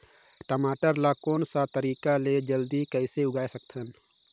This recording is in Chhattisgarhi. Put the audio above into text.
टमाटर ला कोन सा तरीका ले जल्दी कइसे उगाय सकथन?